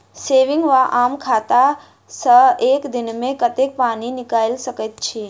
Saving वा आम खाता सँ एक दिनमे कतेक पानि निकाइल सकैत छी?